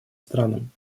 странам